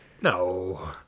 no